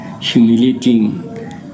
humiliating